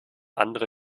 andere